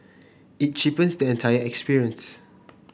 it cheapens the entire experience